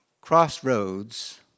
crossroads